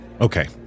Okay